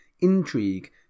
intrigue